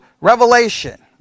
revelation